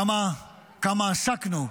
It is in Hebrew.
כמה עסקנו,